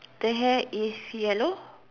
the hair is yellow